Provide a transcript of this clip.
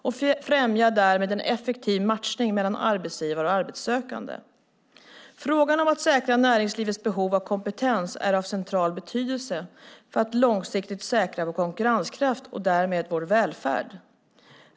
Den främjar därmed en effektiv matchning mellan arbetsgivare och arbetssökande. Frågan om att säkra näringslivets behov av kompetens är av central betydelse för att långsiktigt säkra vår konkurrenskraft och därmed vår välfärd.